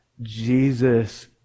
Jesus